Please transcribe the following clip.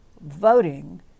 voting